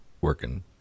working